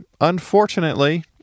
Unfortunately